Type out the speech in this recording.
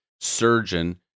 surgeon